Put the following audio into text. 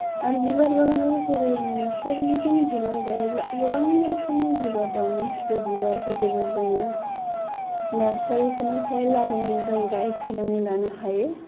आरो बिबार बागानावबो नों जेरै सोरगिदिं बिबार गायोब्ला गोबां रोखोमनि बिबार दं बे बिबारफोरखौबो जोङो नार्सारिफोरनिफ्राय लाबोनानै जों गायफैनानै लानो हायो